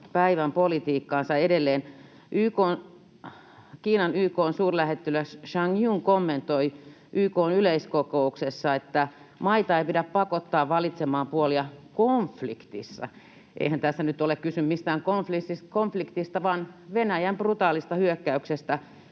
päivänpolitiikkaansa edelleen. Kiinan YK:n suurlähettiläs Zhang Jun kommentoi YK:n yleiskokouksessa, että maita ei pidä pakottaa valitsemaan puolia konfliktissa — eihän tässä nyt ole kyse mistään konfliktista vaan Venäjän brutaalista hyökkäyksestä